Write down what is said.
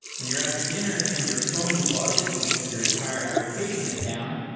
when you're out to dinner and your phone buzzes because your entire application is down,